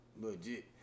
legit